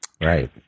Right